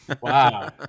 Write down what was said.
Wow